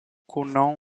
conen